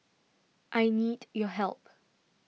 I need your help